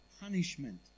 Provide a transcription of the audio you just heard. punishment